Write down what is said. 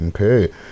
Okay